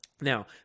Now